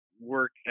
work